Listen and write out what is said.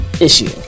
issue